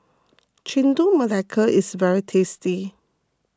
Chendol Melaka is very tasty